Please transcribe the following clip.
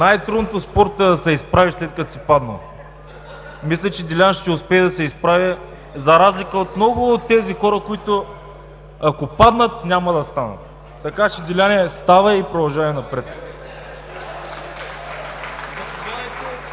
Най-трудното в спорта е да се изправиш, след като си паднал. Мисля, че Делян ще успее да се изправи, за разлика от много от тези хора, които, ако паднат, няма да станат. Така че, Деляне, ставай и продължавай напред!